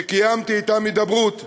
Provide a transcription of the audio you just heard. שקיימתי אתם הידברות,